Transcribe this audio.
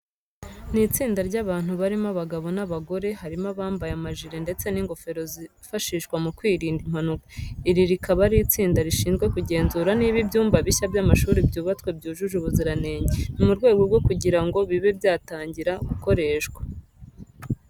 Ni itsinda ry'abantu barimo abagabo n'abagore, harimo abambaye amajire ndetse n'ingofero zifashishwa mu kwirinda impanuka. Iri rikaba ari itsinda rishizwe kugenzura niba ibyumba bishya by'amashuri byubatswe byujuje ubuziranenge. Ni mu rwego rwo kugira ngo bibe byatangira gukoreshwa.